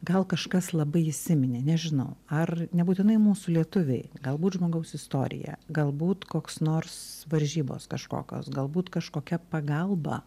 gal kažkas labai įsiminė nežinau ar nebūtinai mūsų lietuviai galbūt žmogaus istorija galbūt koks nors varžybos kažkokios galbūt kažkokia pagalba